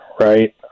right